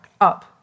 Up